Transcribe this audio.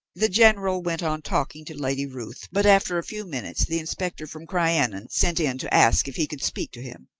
the general went on talking to lady ruth, but after a few minutes the inspector from crianan sent in to ask if he could speak to him,